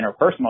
interpersonal